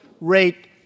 rate